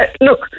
look